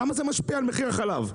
כמה זה משפיע על מחיר החלב?